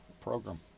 program